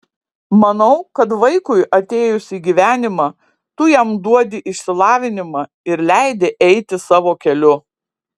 manau kad vaikui atėjus į gyvenimą tu jam duodi išsilavinimą ir leidi eiti savo keliu